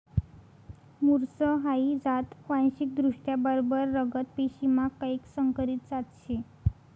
मुर्स हाई जात वांशिकदृष्ट्या बरबर रगत पेशीमा कैक संकरीत जात शे